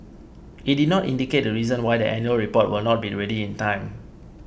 it did not indicate the reason why the annual report will not be ready in time